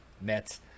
mets